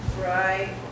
Right